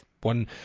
One